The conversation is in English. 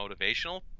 motivational